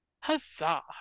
Huzzah